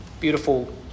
Beautiful